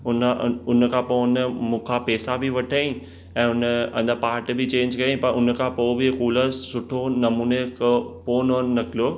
हुन हुन खां पोइ हुन मूंखां पैसा बि वठियांइ ऐं उन अंदरा पार्ट बि चेंज कयांइ पर हुन खां पोइ बि कूलर सुठो नमूने क कोन निकिलो